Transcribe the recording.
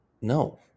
No